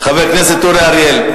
חבר הכנסת אורי אריאל.